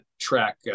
track